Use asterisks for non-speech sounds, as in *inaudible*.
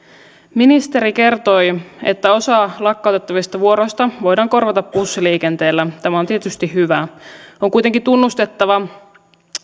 ministeri kertoi että osa lakkautettavista vuoroista voidaan korvata bussiliikenteellä tämä on tietysti hyvä *unintelligible* *unintelligible* *unintelligible* on kuitenkin tunnustettava